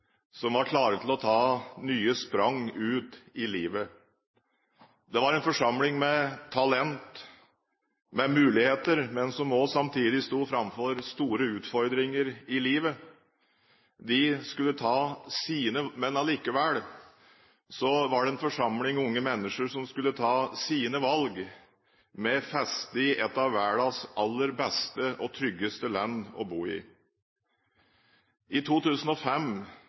Der var det 150 unge mennesker som var klare til å ta nye sprang ut i livet. Det var en forsamling med talent, med muligheter, som samtidig også sto framfor store utfordringer i livet. Allikevel var det en forsamling unge mennesker som skulle ta sine valg med feste i et av verdens aller beste og tryggeste land å bo i. I 2005,